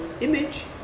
image